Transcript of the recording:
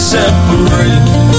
Separate